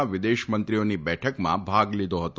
ના વિદેશમંત્રીઓની બેઠકમાં ભાગ લીધો હતો